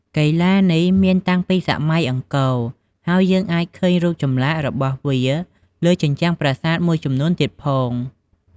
កីឡានេះមានតាំងពីសម័យអង្គរ ហើយយើងអាចឃើញរូបចម្លាក់របស់វាលើជញ្ជាំងប្រាសាទមួយចំនួនទៀតផង។